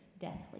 deathly